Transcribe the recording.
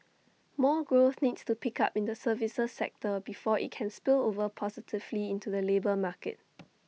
more growth needs to pick up in the services sector before IT can spill over positively into the labour market